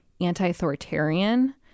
anti-authoritarian